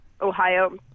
Ohio